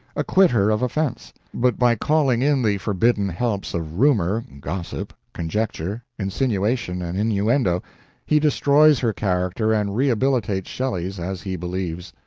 acquit her of offense but by calling in the forbidden helps of rumor, gossip, conjecture, insinuation, and innuendo he destroys her character and rehabilitates shelley's as he believes.